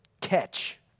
catch